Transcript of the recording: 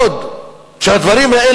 בעד איציק שמולי,